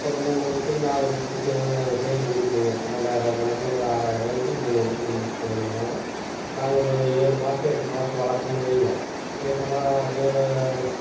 ஒரு மூணு உருப்படி நாலு உருப்படி சேர்ந்து சேர்ந்து பிடிப்போமுங்க அந்த ரெண்டாயிர்ரூவா கணக்கில் ஒரு ஆறாயிர்ரூவாய்க்கு மூணு உருப்படி பிடிச்சிட்டு வந்தோமுன்னாங்க நாங்கள் ஒரு ஏழு மாதம் எட்டு மாதம் வளர்ப்போன்னு வைங்க எட்டு மா ஏழு